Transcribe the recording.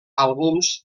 àlbums